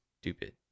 stupid